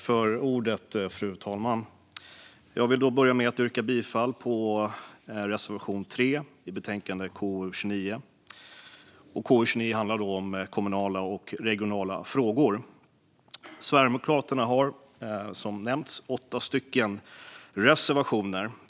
Fru talman! Jag vill börja med att yrka bifall till reservation 3 i konstitutionsutskottets betänkande 29, som handlar om kommunala och regionala frågor. Sverigedemokraterna har, som nämnts, åtta reservationer.